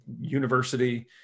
university